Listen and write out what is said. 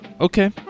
Okay